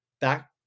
back